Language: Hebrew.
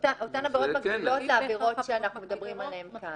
עבירות מקבילות לעבירות שאנחנו מדברים עליהן כאן.